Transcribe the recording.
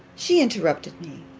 she interrupted me,